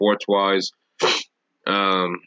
sports-wise